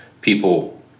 people